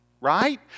right